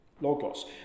Logos